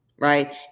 right